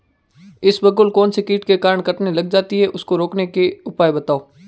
इसबगोल कौनसे कीट के कारण कटने लग जाती है उसको रोकने के उपाय बताओ?